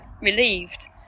relieved